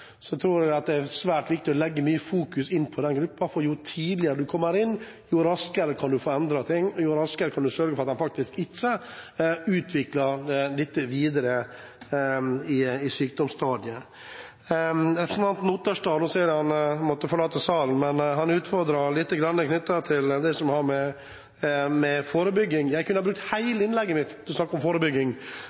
svært viktig å legge mye fokus inn på den gruppen, for jo tidligere du kommer inn, jo raskere kan du få endret ting, og jo raskere kan du sørge for at de faktisk ikke utvikler sykdomsstadiet videre. Representanten Otterstad – nå ser jeg at han måtte forlate salen – utfordret litt knyttet til det som har med forebygging å gjøre. Jeg kunne brukt hele innlegget mitt på å snakke om forebygging,